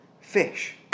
fish